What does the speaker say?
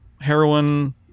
Heroin